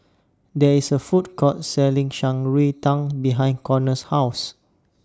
There IS A Food Court Selling Shan Rui Tang behind Connor's House